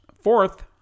fourth